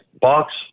box